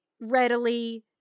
readily